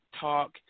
talk